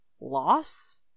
loss